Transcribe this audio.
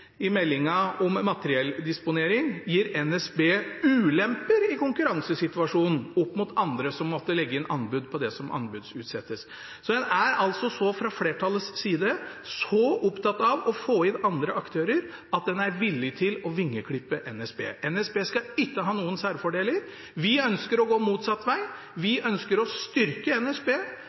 om materielldisponering, gir NSB ulemper i konkurransesituasjonen opp mot andre som måtte legge inn anbud på det som anbudsutsettes. Så en er altså fra flertallets side så opptatt av å få inn andre aktører at en er villig til å vingeklippe NSB – NSB skal ikke ha noen særfordeler. Vi ønsker å gå motsatt vei, vi ønsker å styrke NSB,